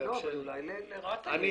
אבל אולי לרת"א יש איזושהי התייחסות.